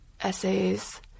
essays